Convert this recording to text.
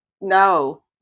No